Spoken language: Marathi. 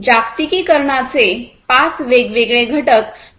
जागतिकीकरणाचे पाच वेगवेगळे घटक चित्रित केले आहेत